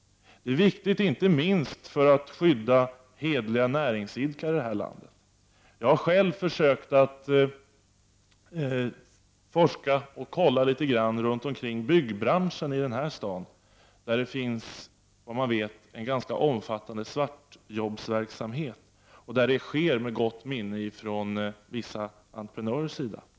Det är viktigt inte minst för att skydda hederliga näringsidkare i landet. Jag har själv forskat en del om ekonomisk brottslighet inom byggbranschen i denna stad. Såvitt man vet är svartjobbsverksamheten ganska omfattande. Den bedrivs med vissa entreprenörers goda minne.